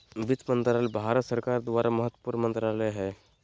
वित्त मंत्रालय भारत सरकार के महत्वपूर्ण मंत्रालय हइ